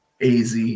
AZ